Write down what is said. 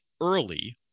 early